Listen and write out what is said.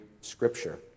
Scripture